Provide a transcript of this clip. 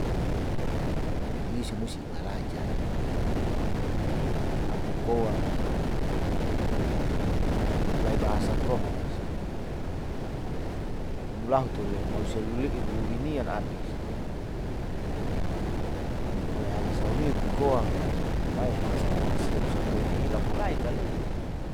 Jadi si musi ibalajar kapomo koa ipulau bahasa koa masaallah imulahu tole malusia luli ruinian abis kalo ipulai sauniu kikoa mai hasa sau rahasia bisa koine lapulai itale.